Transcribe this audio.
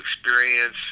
experience